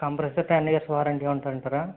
compressor ten years warranty ఉంటుంది అంటారా